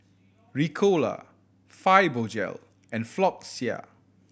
Ricola Fibogel and Floxia